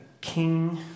king